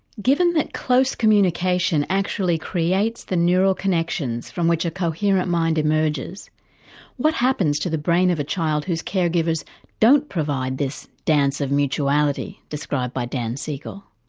given that close communication actually creates the neural connections from which a coherent mind emerges what happens to the brain of a child whose caregivers don't provide this dance of mutuality described by dan siegel.